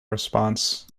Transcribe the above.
response